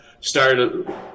started